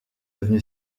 devenu